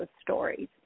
stories